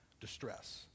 distress